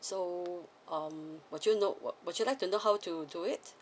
so um would you know would you like to know how to do it